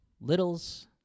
littles